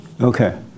Okay